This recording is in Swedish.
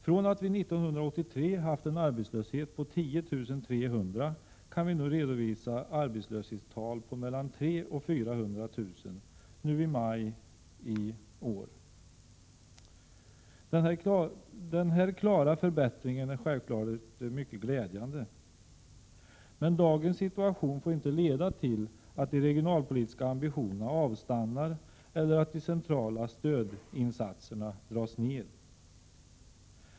Från att vi 1983 hade 10 300 arbetslösa, kan vi redovisa arbetslöshetstal på 3 0004 000 i maj i år. Den här klara förbättringen är självfallet mycket glädjande. Men dagens situation får inte leda till att de regionalpolitiska ambitionerna avstannar eller att de centrala stödinsatserna dras ned.